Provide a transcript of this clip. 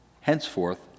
Henceforth